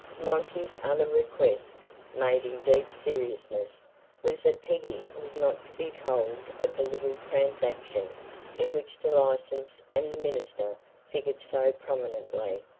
monty's other request made in deep seriousness was that peggy was not to be told of the little transaction in which the license and the minister figured so prominently.